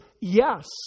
yes